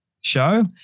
show